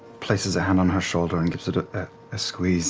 places a hand on her shoulder and gives it ah a squeeze